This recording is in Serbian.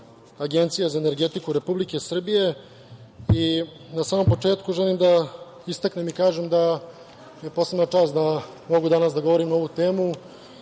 Agencije za energetiku Republike Srbije. Na samom početku želim da istaknem i kažem da mi je posebna čast da mogu danas da govorim na ovu temu,